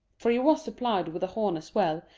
for he was supplied with a horn as well,